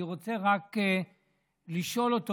אני רוצה רק לשאול אותו,